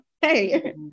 hey